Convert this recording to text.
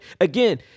Again